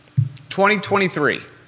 2023